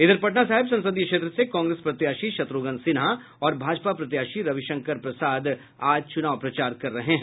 इधर पटना साहिब संसदीय क्षेत्र से कांग्रेस प्रत्याशी शत्रुघ्न सिन्हा और भाजपा प्रत्याशी रविशंकर प्रसाद आज चुनाव प्रचार कर रहे हैं